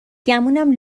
گمونم